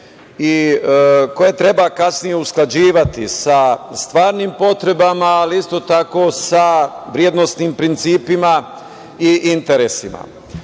koje treba kasnije usklađivati sa stvarim potrebama, ali isto tako i sa vrednosnim principima i interesima. Dobro